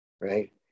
Right